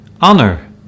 Honor